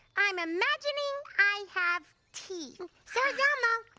i'm imagining i have teeth. so is elmo.